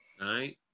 right